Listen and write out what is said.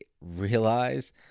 realize